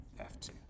F2